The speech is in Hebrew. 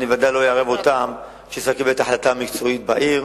ואני ודאי לא אערב אותם כשצריך לקבל את ההחלטה המקצועית בעיר.